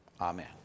amen